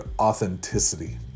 authenticity